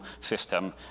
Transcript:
system